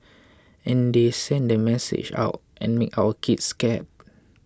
and they send the message out and make our kids scared